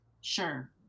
Sure